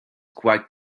quite